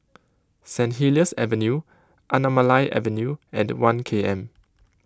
St Helier's Avenue Anamalai Avenue and one K M